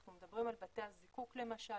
אנחנו מדברים על בתי הזיקוק למשל,